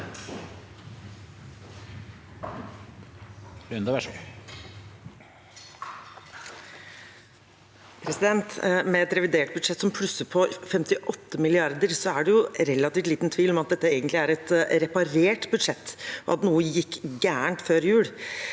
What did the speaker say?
Med et revi- dert budsjett som plusser på 58 mrd. kr, er det relativt liten tvil om at dette egentlig er et reparert budsjett, og at noe gikk gærent før jul.